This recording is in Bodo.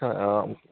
अ अ